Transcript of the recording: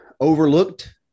overlooked